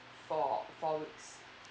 for four weeks